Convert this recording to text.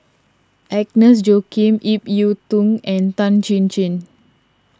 Agnes Joaquim Ip Yiu Tung and Tan Chin Chin